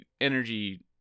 energy